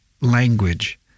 language